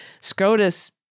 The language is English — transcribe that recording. SCOTUS